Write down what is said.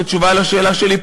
בתשובה על שאלה שלי,